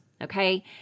okay